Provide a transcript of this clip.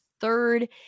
third